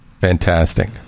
Fantastic